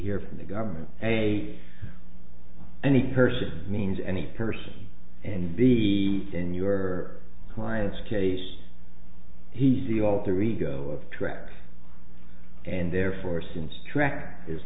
here from the government a any person means any person and see in your client's case he see all three go track and therefore since track is